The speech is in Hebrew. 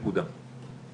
נקודה,